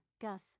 Gus